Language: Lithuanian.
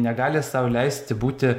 negali sau leisti būti